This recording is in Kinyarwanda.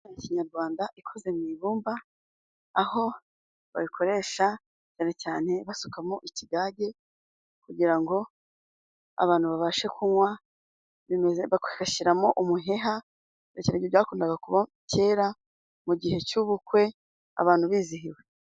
Kinyarwanda ikoze mu ibumba, aho bayikoresha cyane cyane basukamo ikigage, kugira ngo abantu babashe kunywa bagashyiramo umuheha, ibyo byakundaga kuba kera mu gihe cy'ubukwe, abantu bizihiwe.